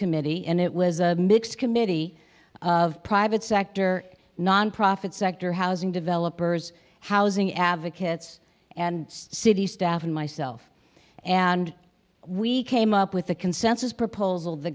committee and it was a mix committee of private sector nonprofit sector housing developers housing advocates and city staff and myself and we came up with a consensus proposal th